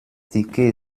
ticket